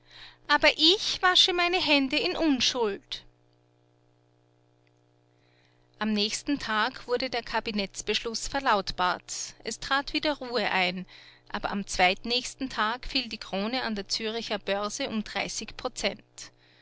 aber ich wasche meine hände in unschuld am nächsten tag wurde der kabinettsbeschluß verlautbart es trat wieder ruhe ein aber am zweitnächsten tag fiel die krone an der züricher börse um dreißig prozent